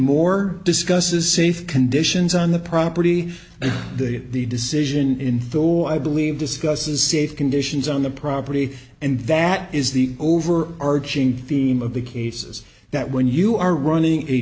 more discusses safe conditions on the property and the decision info i believe discusses safe conditions on the property and that is the over arching theme of the cases that when you are running a